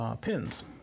pins